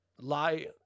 lie